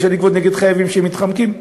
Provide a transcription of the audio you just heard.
אי-אפשר לגבות מחייבים שמתחמקים.